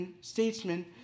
statesman